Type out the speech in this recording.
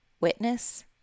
witness